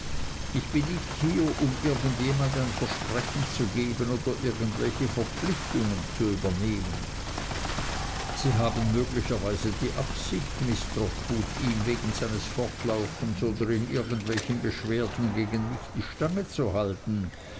ich bin nicht hier um irgend jemand ein versprechen zu geben oder irgendwelche verpflichtung zu übernehmen sie haben möglicherweise die absicht miß trotwood ihm wegen seines fortlaufens oder in irgend welchen beschwerden gegen mich die stange zu halten